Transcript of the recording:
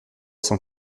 cent